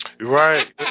Right